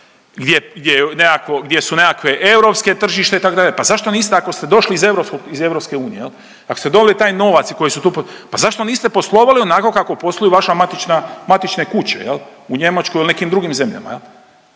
gdje su nekakve europske tržište, itd., pa zašto niste, ako ste došli iz EU, ako ste donijeli taj novac koji su tu .../nerazumljivo/... pa zašto niste poslovali onako kako posluju vaša matična, matične kuće, je li? U Njemačkoj ili nekim drugim zemljama,